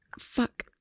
Fuck